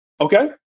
okay